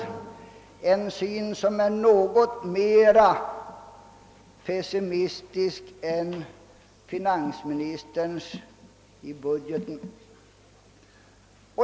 Denna syn är mera pessimistisk än den finansministern givit uttryck åt i budgeten.